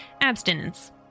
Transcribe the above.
abstinence